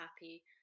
happy